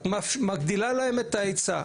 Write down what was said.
את מגדילה להם את ההיצע.